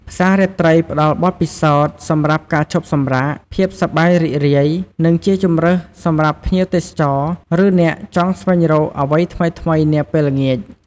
ផ្សាររាត្រីផ្ដល់បទពិសោធន៍សម្រាប់ការឈប់សម្រាក ភាពសប្បាយរីករាយ និងជាជម្រើសសម្រាប់ភ្ញៀវទេសចរ ឬអ្នកចង់ស្វែងរកអ្វីថ្មីៗនាពេលល្ងាច។